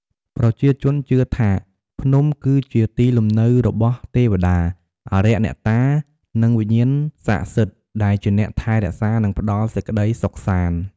ប្រជាជនជឿថា ភ្នំគឺជាទីលំនៅរបស់ ទេវតា អារក្សអ្នកតា និង វិញ្ញាណស័ក្តិសិទ្ធិ ដែលជាអ្នកថែរក្សានិងផ្តល់សេចក្តីសុខសាន្ត។